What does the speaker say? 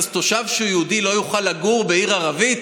תושב שהוא יהודי לא יוכל לגור בעיר ערבית?